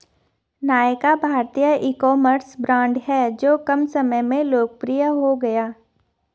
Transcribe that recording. नायका भारतीय ecommerce brand हैं जो कम समय में लोकप्रिय हो गया